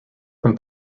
from